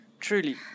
Truly